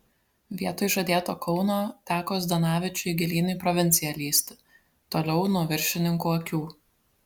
vietoj žadėto kauno teko zdanavičiui gilyn į provinciją lįsti toliau nuo viršininkų akių